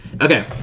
Okay